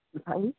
हा जि